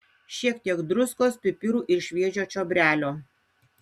šiek tiek druskos pipirų ir šviežio čiobrelio